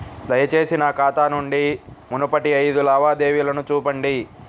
దయచేసి నా ఖాతా నుండి మునుపటి ఐదు లావాదేవీలను చూపండి